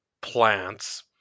plants